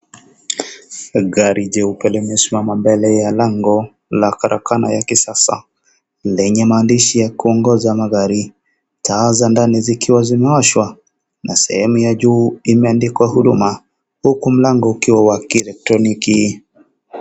Gari jeupe limesimama mbele ya lango la karakana ya kisasa yenye maandishi ya kuongoza magari, taa za ndani zikiwa zimeashwa na sehemu ya juu imeandikwa huduma, huku mlango ukiwa wa kielektroniki.